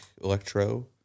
Electro